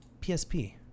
PSP